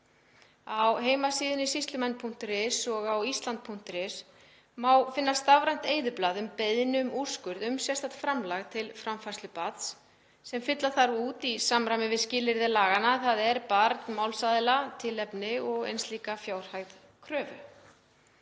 Á vefsíðunni syslumenn.is og á island.is má finna stafrænt eyðublað um beiðni um úrskurð um sérstakt framlag til framfærslu barns sem fylla þarf út í samræmi við skilyrði laganna, þ.e. barn, málsaðila, tilefni og eins líka fjárhæð kröfu.